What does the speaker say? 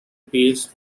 page